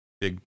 big